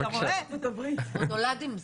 הוא נולד עם זה.